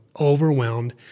overwhelmed